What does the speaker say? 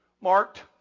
marked